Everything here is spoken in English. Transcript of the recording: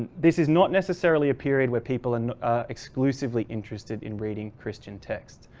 this is not necessarily a period where people and exclusively interested in reading christian texts.